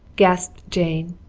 gasped jane,